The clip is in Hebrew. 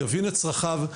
יבין את צרכיו,